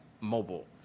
mobile